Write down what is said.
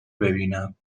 ببینم